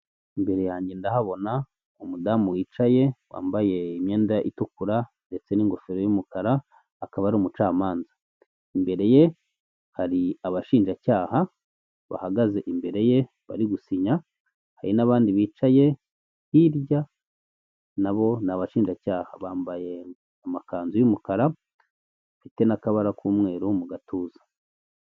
Imbere yanjye ndahabona umudamu wicaye, wambaye imyenda itukura ndetse n'ingofero y'umukara akaba ari umucamanza, imbere ye hari abashinjacyaha bahagaze imbere ye bari gusinya, hari n'abandi bicaye hirya nabo ni abashinjacyaha bambaye amakanzu y'umukara mfite n'akabara k'umweru mu gatuza.